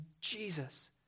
Jesus